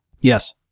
Yes